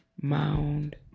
mound